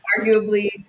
arguably